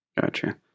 Gotcha